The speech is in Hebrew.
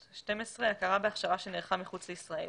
הכרה בהכשרה שנערכה מחוץ לישראל